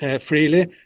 freely